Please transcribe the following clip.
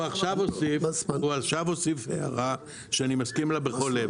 הוא הוסיף עכשיו הערה שאני מסכים לה בכל לב.